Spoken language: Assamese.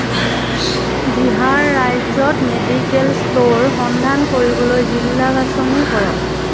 বিহাৰ ৰাজ্যত মেডিকেল ষ্ট'ৰ সন্ধান কৰিবলৈ জিলা বাছনি কৰক